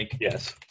Yes